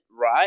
right